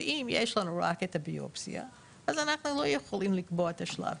ואם יש לנו רק את הביופסיה אז אנחנו לא יכולים לקבוע את השלב,